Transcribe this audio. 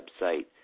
website